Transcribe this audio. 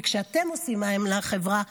כי כשאתם עושים למען החברה,